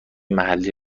محلی